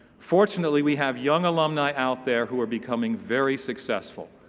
fortunately, we have young alumni out there who are becoming very successful,